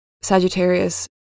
Sagittarius